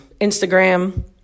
Instagram